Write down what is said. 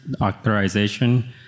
authorization